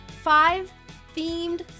five-themed